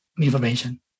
information